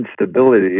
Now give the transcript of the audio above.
instability